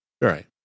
right